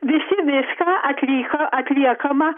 visi viską atliko atliekama